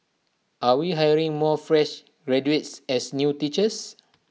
are we hiring more fresh graduates as new teachers